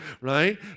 right